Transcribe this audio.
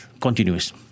continuous